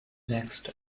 next